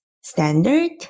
standard